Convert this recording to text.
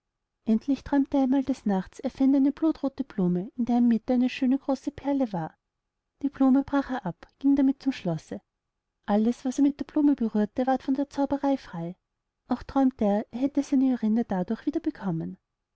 endlich träumte er einmal des nachts er fänd eine blutrothe blume in deren mitte eine schöne große perle war die blume brach er ab ging damit zum schlosse alles was er mit der blume berührte ward von der zauberei frei auch träumte er er hätte seine jorinde dadurch wieder bekommen